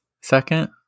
Second